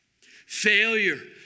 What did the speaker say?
Failure